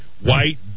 White